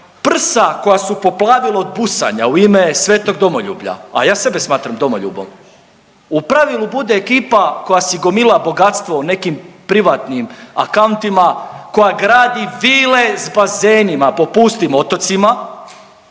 prsa koja su poplavila od busanja u ime svetog domoljublja, a ja sebe smatram domoljubom, u pravilu bude ekipa koja si gomila bogatstvo u nekim privatnim akantima, koja gradi vile s bazenima po pustim otocima,